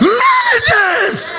managers